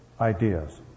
ideas